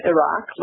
Iraq